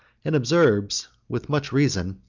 and observes, with much reason,